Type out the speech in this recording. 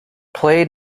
play